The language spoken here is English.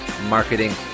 marketing